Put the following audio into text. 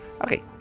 Okay